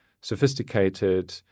sophisticated